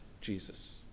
Jesus